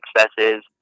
successes